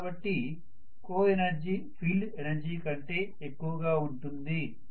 కాబట్టి coenergy field energy కంటే ఎక్కువగానే ఉంటుంది